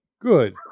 Good